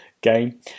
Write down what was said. game